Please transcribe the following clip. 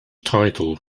title